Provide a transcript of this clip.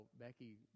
Becky